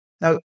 now